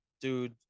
dude